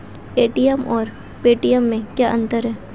ATM और Paytm में क्या अंतर है?